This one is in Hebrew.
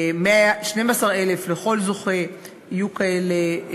12,000 לכל זוכה, יהיו כאלה,